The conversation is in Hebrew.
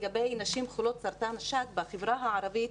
לגבי נשים חולות סרטן השד בחברה הערבית.